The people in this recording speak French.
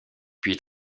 puis